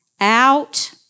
out